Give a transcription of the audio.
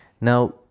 Now